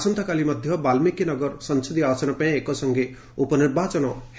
ଆସନ୍ତାକାଲି ମଧ୍ୟ ବାଲ୍ମିକୀନଗର ସଂସଦୀୟ ଆସନ ପାଇଁ ଏକ ସଂଗେ ଉପନିର୍ବାଚନ ଅନୁଷ୍ଠିତ ହେବ